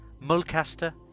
mulcaster